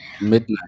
Midnight